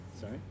Sorry